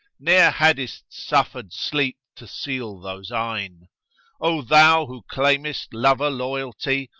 ne'er haddest suffered sleep to seal those eyne o thou who claimest lover-loyalty,